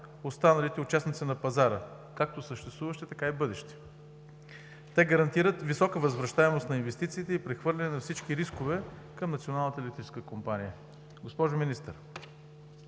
останалите участници на пазара – както съществуващи, така и бъдещи. Те гарантират висока възвращаемост на инвестициите и прехвърляне на всички рискове към Националната